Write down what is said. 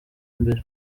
imbere